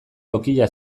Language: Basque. tokia